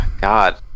God